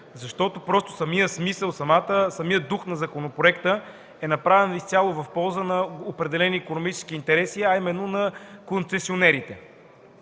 защото самият смисъл и дух на законопроекта е направен изцяло в полза на определени икономически интереси, а именно на концесионерите.